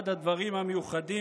אחד הדברים המיוחדים